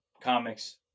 comics